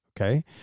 Okay